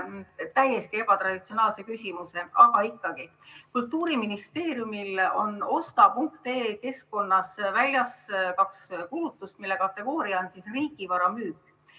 täiesti ebatraditsioonilise küsimuse, aga ikkagi. Kultuuriministeeriumil on osta.ee keskkonnas väljas kaks kuulutust, mille kategooria on "Riigivara müük".